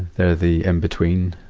they're the in-between,